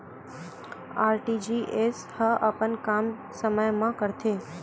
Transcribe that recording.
RTGS ह अपन काम समय मा करथे?